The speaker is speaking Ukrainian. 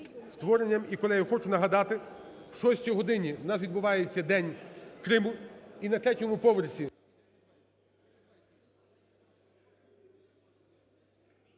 створенням. І, колеги, хочу нагадати: о шостій годині у нас відбувається День Криму, і на третьому поверсі…